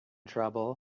trouble